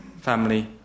family